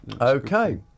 Okay